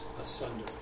asunder